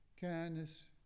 kindness